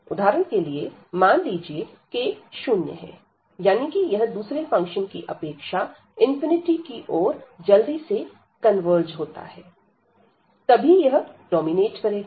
उदाहरण के लिए मान लीजिए कि k शून्य है यानी कि यह दूसरे फंक्शन की अपेक्षा की ओर जल्दी से कन्वर्ज होता है तभी यह डोमिनेट करेगा